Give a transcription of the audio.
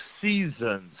seasons